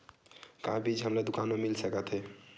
का बीज हमला दुकान म मिल सकत हे?